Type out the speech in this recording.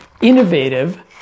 innovative